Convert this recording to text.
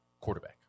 quarterback